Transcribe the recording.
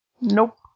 Nope